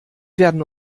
werden